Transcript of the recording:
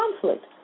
conflict